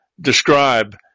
describe